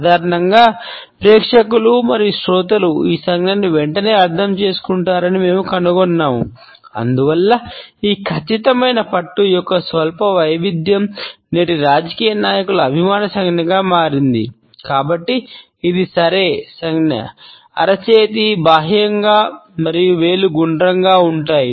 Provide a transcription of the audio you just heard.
సాధారణంగా ప్రేక్షకులు మరియు శ్రోతలు ఈ సంజ్ఞను వెంటనే అర్థం చేసుకుంటారని మేము కనుగొన్నాము అందువల్ల ఈ ఖచ్చితమైన పట్టు సంజ్ఞ అరచేయీ బాహ్యంగా మరియు వేళ్లు గుండ్రంగా ఉంటాయి